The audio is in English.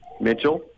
Mitchell